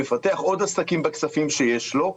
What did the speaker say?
מפתח עוד עסקים בכספים שיש לו.